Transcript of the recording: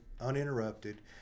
uninterrupted